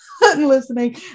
listening